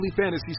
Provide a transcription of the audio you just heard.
fantasy